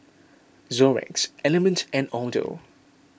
Xorex Element and Aldo